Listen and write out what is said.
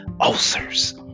ulcers